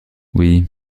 oui